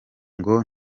ngo